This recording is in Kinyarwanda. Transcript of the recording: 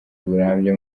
burambye